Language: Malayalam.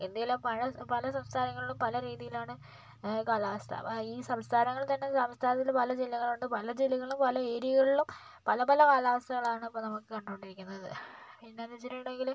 ഇന്ത്യയിൽ പല പല സംസ്ഥാനങ്ങളിലും പല രീതിലാണ് കാലാവസ്ഥ ഈ സംസ്ഥാനങ്ങൾ തന്നെ സംസ്ഥാനത്ത് പല ജില്ലകളുണ്ട് പല ജില്ലകളും പല ഏരിയകളും പല പല കാലാവസ്ഥകളാണ് ഇപ്പം നമുക്ക് കണ്ടു കൊണ്ടിരിക്കുന്നത് പിന്നെയെന്ന് വെച്ചിട്ടുണ്ടെങ്കിൽ